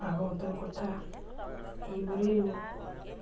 ভাগৱতৰ কথা এইবোৰেই মোৰ